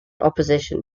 opposition